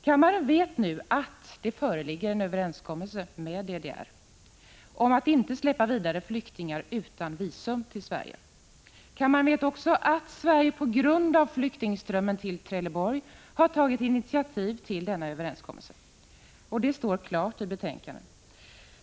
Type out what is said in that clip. Kammaren vet nu att det föreligger en överenskommelse med DDR om att inte släppa vidare flyktingar utan visum till Sverige. Kammaren vet också att Sverige på grund av flyktingströmmen till Trelleborg har tagit initiativ till denna överenskommelse — det står tydligt i betänkandet.